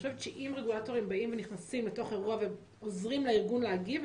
אם רגולטורים באים ונכנסים לתוך אירוע ועוזרים לארגון להגיב,